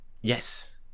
yes